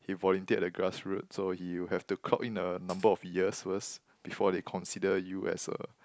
he volunteered at the Grassroot so he will have to clock in a number of years first before they consider you as a